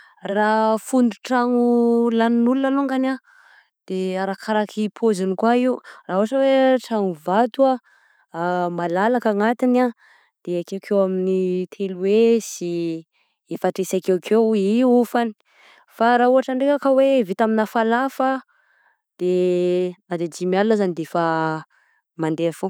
Raha fondron-tragno lagnin'olona alongany de arakaraky paoziny ko io ra ohatra oe trano vato malalaka anatiny de akekeo amin'ny telo hesy, efatra hesy akekeo ny oafany, fa raha ohatra ndraika vitan'ny falafa de na dimy alina ary defa mande foagna.